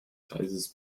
kreises